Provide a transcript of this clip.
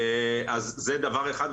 זה דבר אחד,